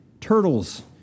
Turtles